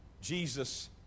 Jesus